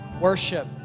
worship